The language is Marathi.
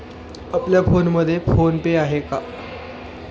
आपल्या फोनमध्ये फोन पे आहे का?